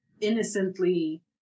innocently